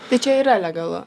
tai čia yra legalu